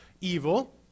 evil